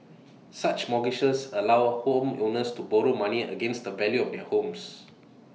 such mortgages allow homeowners to borrow money against the value of their homes